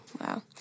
Wow